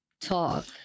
talk